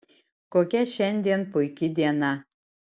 kokia šiandien puiki diena